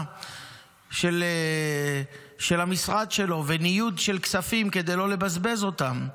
של המשרד שלו וניוד של כספים כדי לא לבזבז אותם.